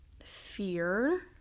fear